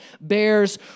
bears